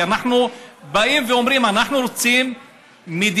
כי אנחנו באים ואומרים: אנחנו רוצים מדינה,